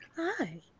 Hi